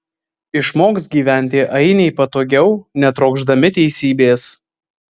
išmoks gyventi ainiai patogiau netrokšdami teisybės